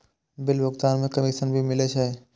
Bill भुगतान में commission भी मिले छै?